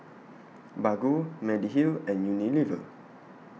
Baggu Mediheal and Unilever